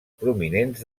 prominents